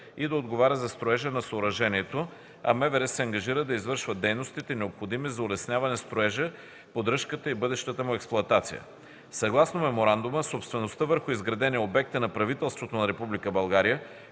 и да отговаря за строежа на съоръжението, а МВР се ангажира да извършва дейностите, необходими за улесняване строежа на съоръжението, поддръжката и бъдещата му експлоатация. Съгласно меморандума собствеността върху изградения обект е на правителството на